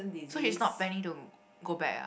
so she's not planning to go back ah